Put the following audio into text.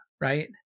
right